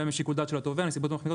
נסיבות מחמירות,